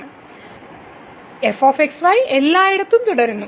f x y എല്ലായിടത്തും തുടരുന്നു